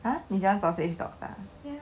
!huh! 你喜欢 sausage dog ah